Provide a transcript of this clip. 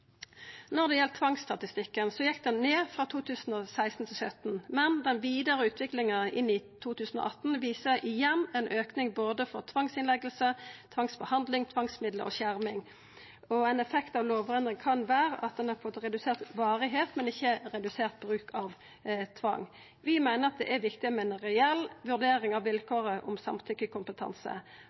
Når det gjeld tvangsstatistikken, gjekk han ned frå 2016 til 2017, men den vidare utviklinga i 2018 viser igjen ein auke i både tvangsinnlegging, tvangsbehandling, tvangsmidlar og skjerming. Ein effekt av lovendringa kan vera at ein har fått redusert varigheit, men ikkje redusert bruk av tvang. Vi meiner at det er viktig med ei reell vurdering av